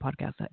podcast